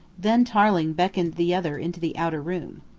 then tarling beckoned the other into the outer room.